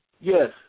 Yes